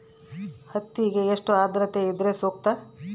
ಹತ್ತಿಗೆ ಎಷ್ಟು ಆದ್ರತೆ ಇದ್ರೆ ಸೂಕ್ತ?